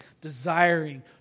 desiring